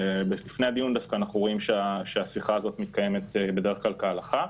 לפני הדיון דווקא אנחנו רואים שהשיחה הזאת מתקיימת בדרך כלל כהלכה.